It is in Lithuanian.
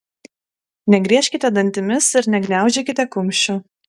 negriežkite dantimis ir negniaužykite kumščių